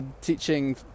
teaching